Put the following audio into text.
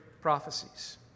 prophecies